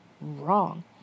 wrong